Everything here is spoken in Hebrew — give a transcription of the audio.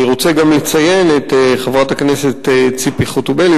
אני רוצה גם לציין את חברת הכנסת ציפי חוטובלי,